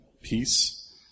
peace